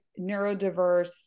neurodiverse